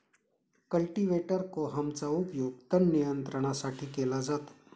cultivator कोहमचा उपयोग तण नियंत्रणासाठी केला जातो